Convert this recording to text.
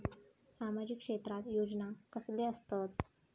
सामाजिक क्षेत्रात योजना कसले असतत?